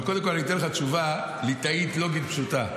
אבל קודם כל אני אתן לך תשובה ליטאית לוגית פשוטה.